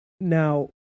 Now